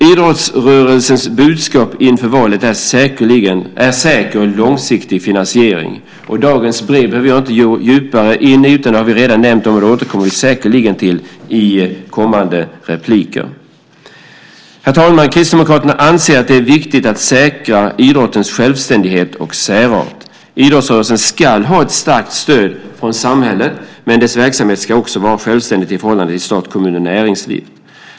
Idrottsrörelsens huvudbudskap inför valet är en säker och långsiktig finansiering. Dagens brev behöver jag inte gå djupare in på. Det har vi redan nämnt, och det återkommer vi säkerligen till i kommande repliker. Herr talman! Kristdemokraterna anser att det är viktigt att säkra idrottens självständighet och särart. Idrottsrörelsen ska ha ett starkt stöd från samhället, men dess verksamhet ska vara självständig i förhållandet till stat, kommun och näringsliv.